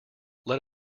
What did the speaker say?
let